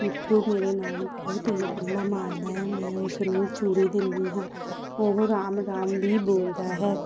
ਮਿੱਠੂ ਮੇਰੇ ਨਾਲ ਬਹੁਤ ਹੀ ਗੱਲਾਂ ਮਾਰਦਾ ਹੈ ਮੈਂ ਉਸ ਨੂੰ ਚੂਰੀ ਦਿੰਦੀ ਹਾਂ ਉਹ ਰਾਮ ਰਾਮ ਵੀ ਬੋਲਦਾ ਹੈ